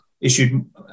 issued